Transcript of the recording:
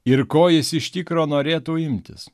ir ko jis iš tikro norėtų imtis